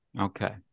Okay